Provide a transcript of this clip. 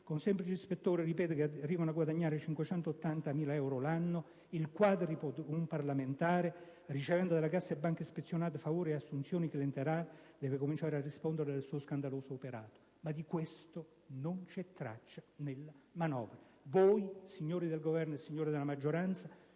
con semplici ispettori che - lo ripeto - arrivano a guadagnare 580.000 euro l'anno, il quadruplo di un parlamentare, ricevendo dalle casse e banche ispezionate favori ed assunzioni clientelari, deve cominciare a rispondere del suo scandaloso operato. Ma di questo non c'è traccia nella manovra. Voi, signori del Governo e signori della maggioranza,